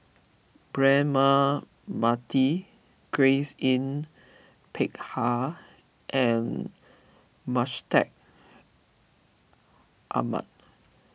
Braema Mathi Grace Yin Peck Ha and Mustaq Ahmad